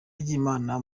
ry’imana